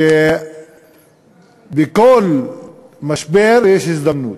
שבכל משבר יש הזדמנות.